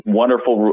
wonderful